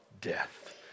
death